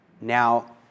Now